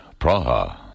Praha